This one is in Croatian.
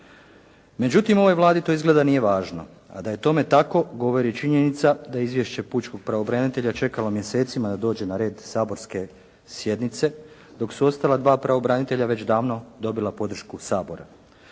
Međutim ovoj Vladi to izgleda nije važno. A da je tome tako govori činjenica da je izvješće pučkog pravobranitelja čekalo mjesecima da dođe na red saborske sjednice dok su ostala dva pravobranitelja već davno dobila podršku Sabora.